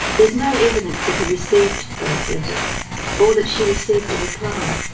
there's no evidence that he received those letters or that she received a reply.